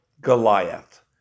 Goliath